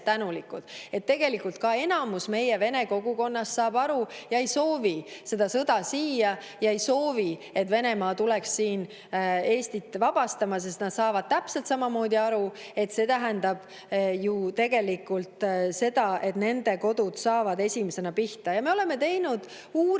tänulikud. Enamus meie vene kogukonnast saab sellest aru ja ei soovi seda sõda siia, nad ei soovi, et Venemaa tuleks Eestit vabastama, sest nad saavad täpselt samamoodi aru, et see tähendab ju seda, et nende kodud saaksid esimesena pihta. Me oleme teinud uuringuid,